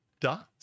dots